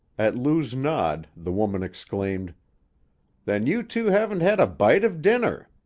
at lou's nod the woman exclaimed then you two haven't had a bite of dinner!